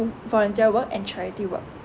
volunteer work and charity work